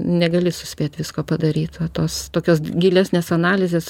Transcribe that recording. negali suspėt visko padaryt va tos tokios gilesnės analizės